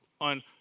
on